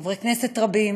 חברי כנסת רבים,